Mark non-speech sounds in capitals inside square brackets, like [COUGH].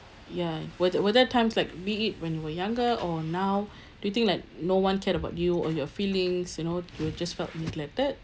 ya were th~ were there times like be it when you were younger or now [BREATH] do you think that no one cared about you or your feelings you know you just felt neglected